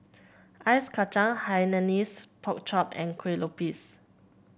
Ice Kachang Hainanese Pork Chop and Kueh Lopes